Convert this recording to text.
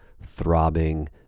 throbbing